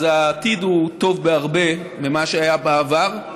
אז העתיד הוא טוב בהרבה ממה שהיה העבר.